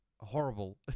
horrible